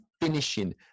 finishing